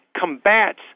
combats